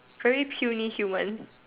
very puny human